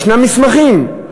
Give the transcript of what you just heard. יש מסמכים.